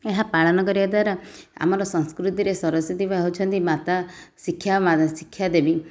ଏହା ପାଳନ କରିବାଦ୍ୱାରା ଆମର ସଂସ୍କୃତିରେ ସରସ୍ଵତୀ ମା' ହେଉଛନ୍ତି ମାତା ଶିକ୍ଷା ଶିକ୍ଷାଦେବୀ